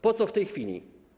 Po co w tej chwili?